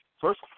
first